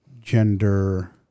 gender